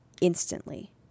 instantly